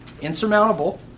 insurmountable